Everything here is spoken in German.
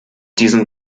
diesen